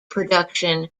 production